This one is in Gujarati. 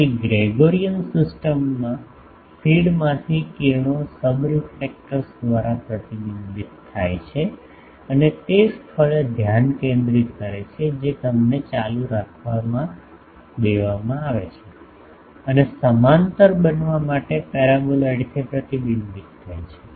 તેથી ગ્રેગોરીઅન સિસ્ટમમાં ફીડમાંથી કિરણો સબરીફલેક્ટર્સ દ્વારા પ્રતિબિંબિત થાય છે અને તે સ્થળે ધ્યાન કેન્દ્રિત કરે છે જે તેમને ચાલુ રાખવા દેવામાં આવે છે અને સમાંતર બનવા માટે પેરાબોલાઇડથી પ્રતિબિંબિત થાય છે